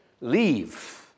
leave